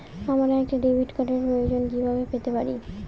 আমার একটা ডেবিট কার্ডের প্রয়োজন কিভাবে পেতে পারি?